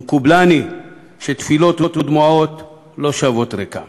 מקובלני, שתפילות ודמעות לא שבות ריקם.